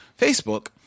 Facebook